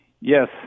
Yes